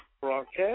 broadcast